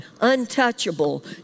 untouchable